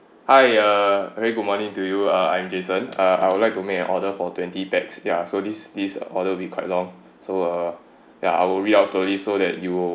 hi uh a very good morning to you I'm jason uh I would like to make an order for twenty paxs ya so this this order would be quite long so ya I would read out slowly so that you will